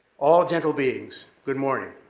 all gentle beings, good morning.